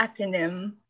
acronym